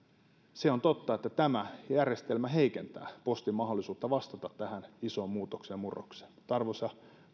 on totta että tämä järjestelmä heikentää postin mahdollisuutta vastata tähän isoon muutokseen ja murrokseen mutta arvoisa